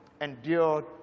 endured